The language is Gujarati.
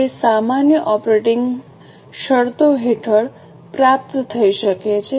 હવે આ સામાન્ય ઓપરેટિંગ શરતો હેઠળ પ્રાપ્ત થઈ શકે છે